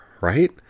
right